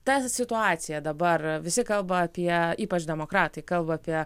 ta situacija dabar visi kalba apie ypač demokratai kalba apie